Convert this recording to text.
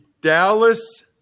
Dallas